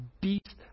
beast